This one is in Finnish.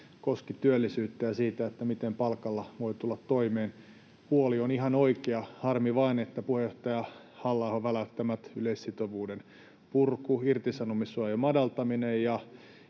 koski työllisyyttä ja sitä, miten palkalla voi tulla toimeen. Huoli on ihan oikea. Harmi vain, että puheenjohtaja Halla-ahon väläyttämät yleissitovuuden purku, irtisanomissuojan madaltaminen